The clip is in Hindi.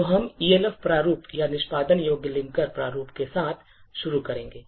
तो हम Elf प्रारूप या निष्पादन योग्य Linker प्रारूप के साथ शुरू करेंगे